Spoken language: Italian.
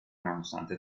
nonostante